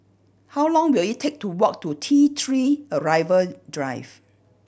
how long will it take to walk to T Three Arrival Drive